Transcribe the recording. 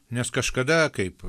nes kažkada kaip